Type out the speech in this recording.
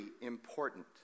important